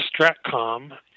STRATCOM